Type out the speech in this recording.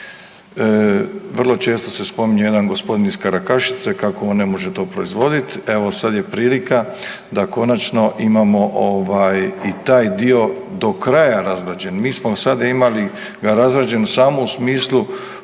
Vrlo često se spominje jedan gospodin iz Karakašice kako on ne može to proizvoditi. Evo, sada je prilika da konačno imamo i taj dio do kraja razrađen. Mi smo sada imali ga razrađenog samo u smislu